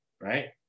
right